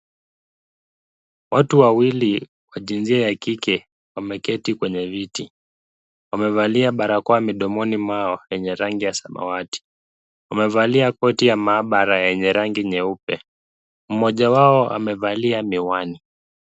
Watu wawili wa jinsia ya kike wameketi kwenye viti. Wamevalia barakoa midomoni mwao yenye rangi ya samawati. Wamevalia koti ya maabara yenye rangi nyeupe. Mmoja wao amevalia miwani.